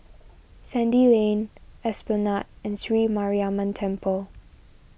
Sandy Lane Esplanade and Sri Mariamman Temple